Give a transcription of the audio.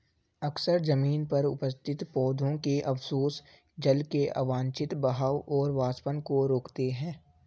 अक्सर जमीन पर उपस्थित पौधों के अवशेष जल के अवांछित बहाव और वाष्पन को रोकते हैं